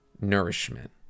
nourishment